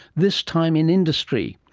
this time in industry.